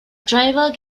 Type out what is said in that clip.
ޑްރައިވަރ